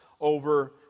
over